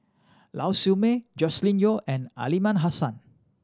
Lau Siew Mei Joscelin Yeo and Aliman Hassan